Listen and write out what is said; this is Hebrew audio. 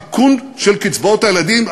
תיקון של קצבאות הילדים,